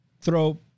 throw